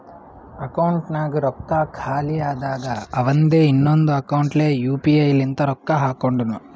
ಅಕೌಂಟ್ನಾಗ್ ರೊಕ್ಕಾ ಖಾಲಿ ಆದಾಗ ಅವಂದೆ ಇನ್ನೊಂದು ಅಕೌಂಟ್ಲೆ ಯು ಪಿ ಐ ಲಿಂತ ರೊಕ್ಕಾ ಹಾಕೊಂಡುನು